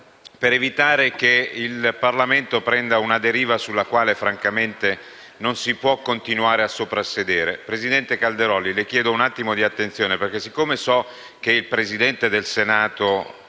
per evitare che il Parlamento prenda una deriva sulla quale francamente non si può continuare a soprassedere. Presidente Calderoli, le chiedo un attimo di attenzione, perché siccome so che il presidente del Senato